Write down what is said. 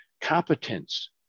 Competence